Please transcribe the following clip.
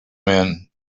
when